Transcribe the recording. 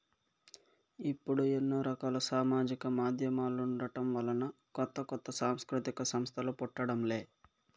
ఇప్పుడు ఎన్నో రకాల సామాజిక మాధ్యమాలుండటం వలన కొత్త కొత్త సాంస్కృతిక సంస్థలు పుట్టడం లే